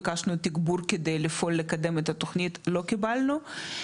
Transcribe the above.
ביקשנו תגבור כדי לפעול ולקדם את התוכנית לא קיבלנו,